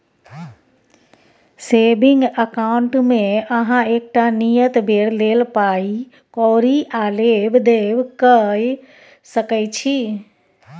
saving अकाउंटमे अहाँ एकटा नियत बेर लेल पाइ कौरी आ लेब देब कअ सकै छी